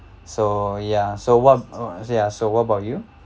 so ya so what um say ah so what about you